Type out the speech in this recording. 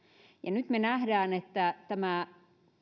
nyt me näemme että tämä